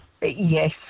Yes